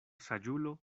saĝulo